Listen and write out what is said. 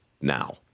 now